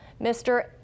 Mr